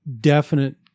definite